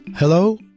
Hello